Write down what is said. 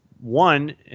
One